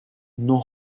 non